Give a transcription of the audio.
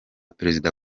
perezida